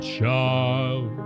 Child